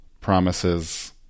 Promises